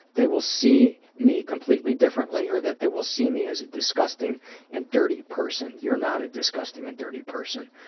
they will see me completely differently or that they will see me as a disgusting and dirty person. you're not a disgusting and dirty person.